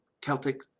Celtic